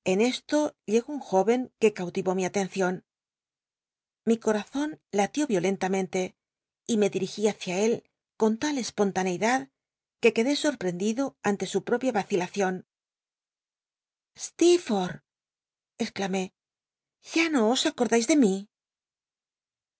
en e lo llegó un jóvcn que cautivó mi atencion iii corazon latió iolen tamen tc y me dijigi hücia él con tal espontaneidad que quedé sorprendido ante su propia vacilacion steerforlh excl imé ya no os acorda is de mi